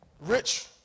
rich